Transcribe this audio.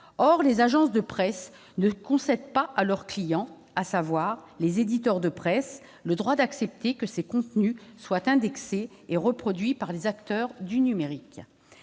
Or les agences de presse ne concèdent pas à leurs clients le droit d'accepter que ces contenus soient indexés et reproduits par les acteurs du numérique.